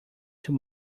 too